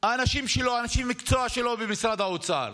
האנשים שלו, אנשי המקצוע שלו במשרד האוצר,